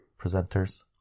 presenters